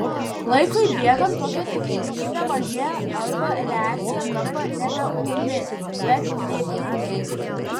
laikui bėgant tokia tikimybė mažėja arba reakcija tampa nebe ūmi bet lėtinė